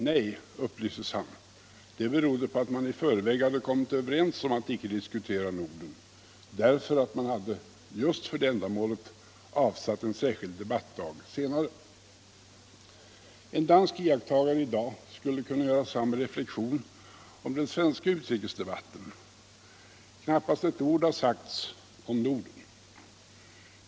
Nej, upplystes han, det berodde på att man i förväg hade kommit överens om att icke diskutera Norden utan för det ändamålet hade avsatt en särskild debattdag senare. En dansk iakttagare i dag skulle kunna göra samma reflexion om den svenska utrikesdebatten. Knappast ett ord har sagts om Norden.